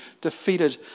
defeated